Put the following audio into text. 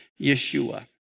Yeshua